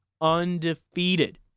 undefeated